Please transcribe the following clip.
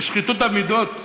ושחיתות המידות,